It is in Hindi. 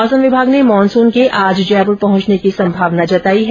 मौसम विभाग ने मानूसन के आज जयपुर पहंचने की संभावना भी जताई है